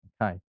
Okay